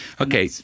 Okay